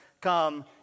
come